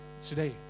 today